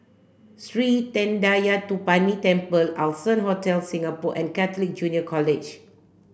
Sri Thendayuthapani Temple Allson Hotel Singapore and Catholic Junior College